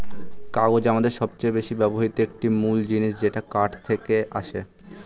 কাগজ আমাদের সবচেয়ে বেশি ব্যবহৃত একটি মূল জিনিস যেটা কাঠ থেকে আসে